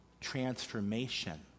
transformation